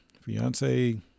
fiance